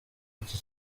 iki